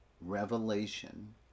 revelation